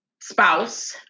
spouse